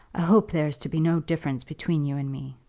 i hope there is to be no difference between you and me.